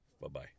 Bye-bye